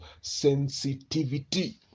sensitivity